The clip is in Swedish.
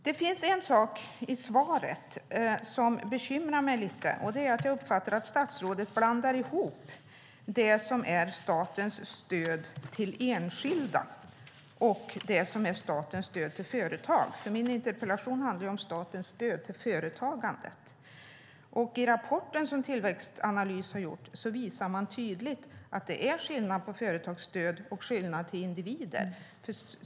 Det finns en sak i svaret som bekymrar mig lite, och det är att jag uppfattar att statsrådet blandar ihop statens stöd till enskilda och statens stöd till företag. Min interpellation handlar ju om statens stöd till företagandet. I rapporten som Tillväxtanalys har gjort visar man tydligt att det är skillnad på företagsstöd och stöd till individer.